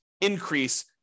increase